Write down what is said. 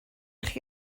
chi